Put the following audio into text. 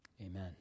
Amen